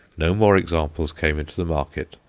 no more examples came into the market,